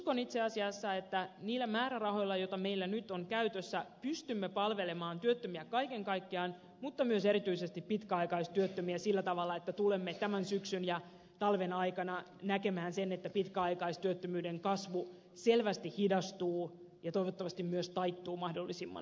uskon itse asiassa että niillä määrärahoilla jotka meillä nyt on käytössä pystymme palvelemaan työttömiä kaiken kaikkiaan mutta myös erityisesti pitkäaikaistyöttömiä sillä tavalla että tulemme tämän syksyn ja talven aikana näkemään sen että pitkäaikaistyöttömyyden kasvu selvästi hidastuu ja toivottavasti myös taittuu mahdollisimman nopeasti